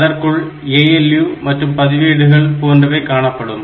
அதற்குள் ALU மற்றும் பதிவேடுகள் போன்றவை காணப்படும்